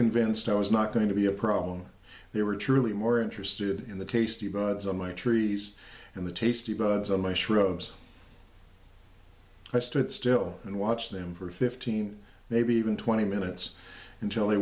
convinced i was not going to be a problem they were truly more interested in the tasty bites on my trees and the tasty buds on my shrubs i stood still and watched them for fifteen maybe even twenty minutes until the